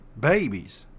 babies